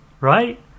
right